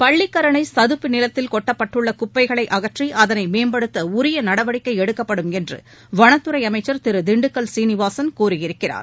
பள்ளிக்கரணை சதுப்பு நிலத்தில் கொட்டப்பட்டுள்ள குப்பைகளை அகற்றி அதளை மேம்படுத்த உரிய நடவடிக்கை எடுக்கப்படும் என்று வனத்துறை அமைச்சர் திரு திண்டுக்கல் சீனிவாசன் கூறியிருக்கிறார்